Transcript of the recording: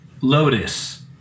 Lotus